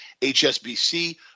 HSBC